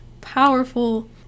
powerful